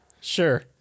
sure